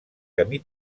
camí